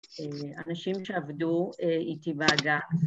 אנשים שעבדו איתי באגף